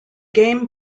game